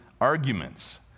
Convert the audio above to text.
arguments